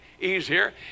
easier